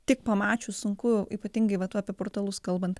tik pamačius sunku ypatingai vat apie portalus kalbant